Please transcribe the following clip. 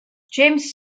james